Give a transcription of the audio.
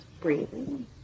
breathing